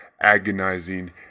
agonizing